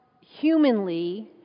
humanly